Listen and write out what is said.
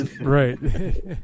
right